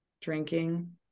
Drinking